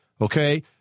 Okay